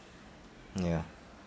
ya